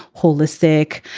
holistic,